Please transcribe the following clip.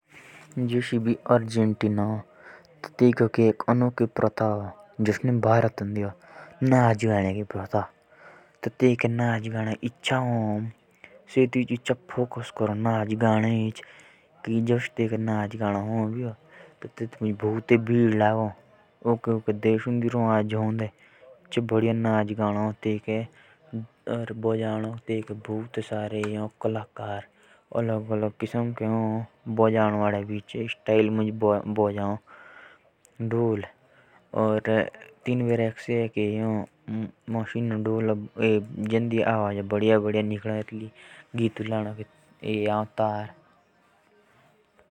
अर्जेंटीना एक देश हो। तेकोके के एक प्रथा हो कि तेके नाचोनके और गानोंके एक प्रतियोगिता से हो जे तुड़े दूर दूर दी लोग रो आए। और खूब मोजे करो तेंद्रे अलग अलग वाद यंत्र हो।